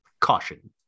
caution